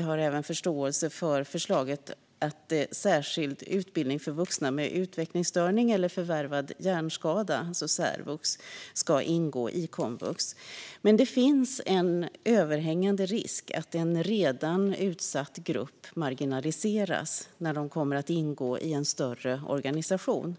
har också förståelse för förslaget att särskild utbildning för vuxna med utvecklingsstörning eller förvärvad hjärnskada, särvux, ska ingå i komvux. Men det finns en överhängande risk för att en redan utsatt grupp marginaliseras när de kommer att ingå i en större organisation.